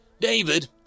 David